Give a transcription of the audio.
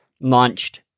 launched